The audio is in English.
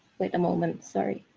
wait a moment, sorry,